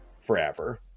forever